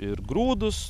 ir grūdus